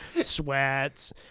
sweats